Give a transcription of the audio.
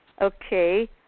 Okay